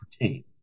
pertain